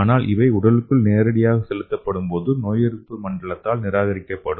ஆனால் இவை உடலுக்குள் நேரடியாக செலுத்தப்படும்போது நோயெதிர்ப்பு மண்டலத்தால் நிராகரிக்கப்படும்